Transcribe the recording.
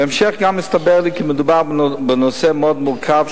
בהמשך גם הסתבר לי כי מדובר בנושא מאוד מורכב,